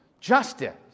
justice